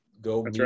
go